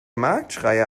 marktschreier